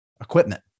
equipment